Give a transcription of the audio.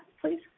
please